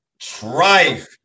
Trife